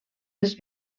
les